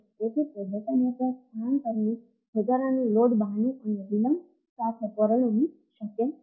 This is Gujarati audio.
તેથી તે ડેટા નેટવર્ક સ્થાનાંતરણનું વધારાનું લોડ બહાનું અને વિલંબ સાથે પરિણમી શકે છે